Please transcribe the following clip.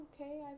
okay